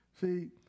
see